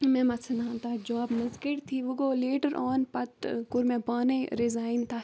مےٚ ما ژھٕنہان تَتھ جاب منٛز کٔڑتھٕے وٕ گوٚو لیٹَر آن پَتہٕ کوٚر مےٚ پانَے رِزایِن تَتھ